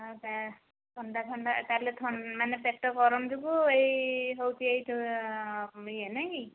ଆଉ ତା ଥଣ୍ଡା ଫଣ୍ଡା ତା'ହେଲେ ମାନେ ପେଟ ଗରମ ଯୋଗୁ ଏଇ ହେଉଛି ଏ ସବୁ ଇଏ ନାଇଁ କି